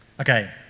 Okay